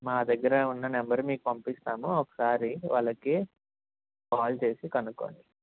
మా దగ్గర ఉన్న నెంబర్ మీకు పంపిస్తాము ఒకసారి వాళ్ళకి కాల్ చేసి కనుక్కోండి